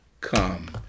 come